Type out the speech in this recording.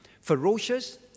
ferocious